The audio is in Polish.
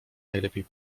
najlepiej